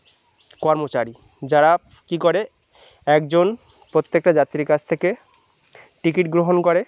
কর্মচারী যারা কী করে একজন প্রত্যেকটা যাত্রীর কাছ থেকে টিকিট গ্রহণ করে